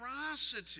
generosity